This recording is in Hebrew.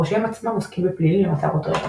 או שהם עצמם עוסקים בפלילים למטרות רווח.